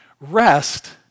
Rest